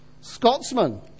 Scotsman